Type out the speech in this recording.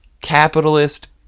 capitalist